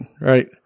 Right